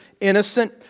innocent